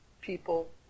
people